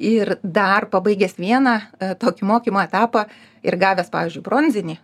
ir dar pabaigęs vieną tokį mokymo etapą ir gavęs pavyzdžiui bronzinį